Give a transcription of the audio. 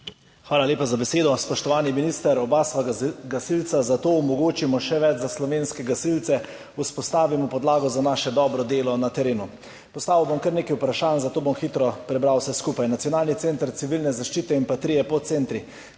Hvala lepa za besedo. Spoštovani minister, oba sva gasilca, zato omogočimo še več za slovenske gasilce, vzpostavimo podlago za naše dobro delo na terenu. Postavil bom kar nekaj vprašanj, zato bom hitro prebral vse skupaj. Nacionalni center civilne zaščite in trije podcentri.